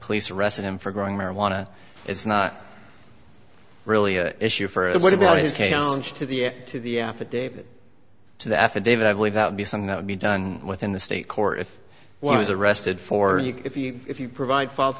police arrested him for growing marijuana it's not really a issue for us what about his case to the to the affidavit to the affidavit i believe that would be something that would be done within the state court if he was arrested for you if you provide false